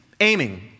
aiming